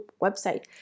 website